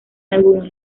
algunos